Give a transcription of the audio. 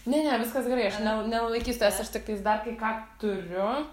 ne ne viskas gerai aš nel nelaikysiu tavęs aš tiktais dar kai ką turiu